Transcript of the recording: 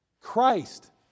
Christ